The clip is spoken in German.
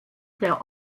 der